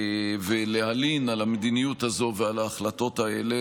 ולהלין על המדיניות הזו ועל ההחלטות האלה,